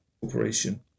Corporation